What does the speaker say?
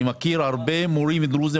אני מכיר הרבה מורים דרוזים